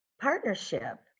partnership